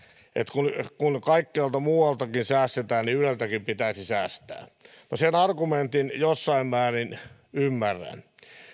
kun kun kaikkialta muualtakin säästetään niin yleltäkin pitäisi säästää no sen argumentin jossain määrin ymmärrän